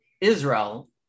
Israel